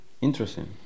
Interesting